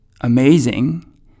amazing